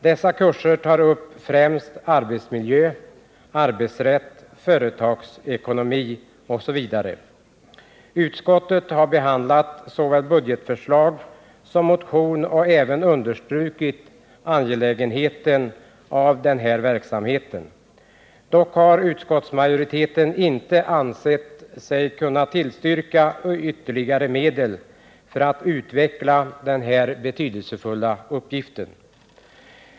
Dessa kurser tar upp främst arbetsmiljö, arbetsrätt, företagsekonomi osv. Utskottet har behandlat såväl budgetförslag som motion och har även understrukit angelägenheten av den här verksamheten. Dock har utskottsmajoriteten inte ansett sig kunna tillstyrka ytterligare medel för att utveckla den här betydelsefulla uppgiften.